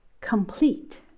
complete